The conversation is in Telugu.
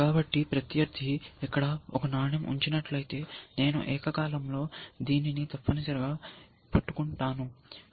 కాబట్టి ప్రత్యర్థి ఇక్కడ ఒక నాణెం ఉంచినట్లయితే నేను ఏకకాలంలో దీనిని తప్పనిసరిగా పట్టుకుంటాను